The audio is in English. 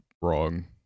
wrong